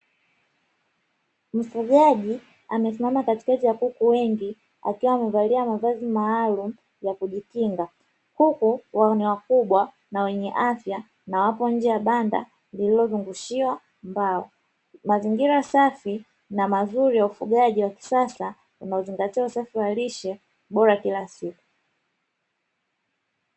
Mfugaji amesimama katikati ya kuku wengi akiwa amevalia mavazi maalumu ya kujikinga. Kuku wao ni wakubwa na wenye afya na wapo nje ya banda lililozungushiwa mbao. Mazingira safi na mazuri ya ufugaji wa kisasa unaozingatia usafi wa lishe bora kila siku.